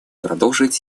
продолжить